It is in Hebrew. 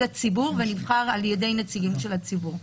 הציבור ונבחר על ידי נציגים של הציבור.